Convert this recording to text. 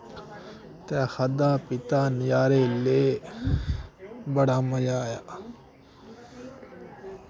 ते खाद्धा पीता नजारे ले बड़ा मजा आया